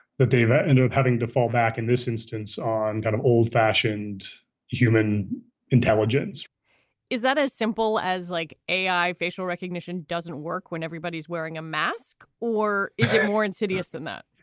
that they've ah ended up having to fall back in this instance on kind of old fashioned human intelligence is that as simple as like a i. facial recognition doesn't work when everybody's wearing a mask? or is it more insidious than that?